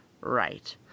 right